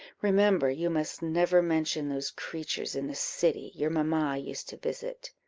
remember you must never mention those creatures in the city your mamma used to visit.